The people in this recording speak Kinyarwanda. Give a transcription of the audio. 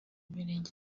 mirenge